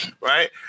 right